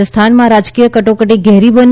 રાજસ્થાનમાં રાજકીય કટોકટી ઘેરી બની